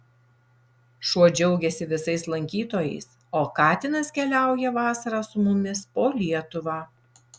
šuo džiaugiasi visais lankytojais o katinas keliauja vasarą su mumis po lietuvą